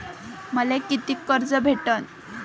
मले कितीक कर्ज भेटन?